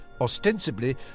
Ostensibly